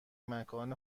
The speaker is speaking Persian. مکان